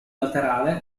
laterale